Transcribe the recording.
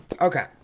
okay